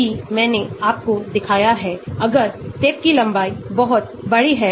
उदाहरण के लिए इलेक्ट्रॉन दान समूह CH3 यह तब दान होता है जब चार्ज होता है यहां बाईं ओर स्थित अस्थिर संतुलन परिवर्तन है